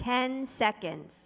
ten seconds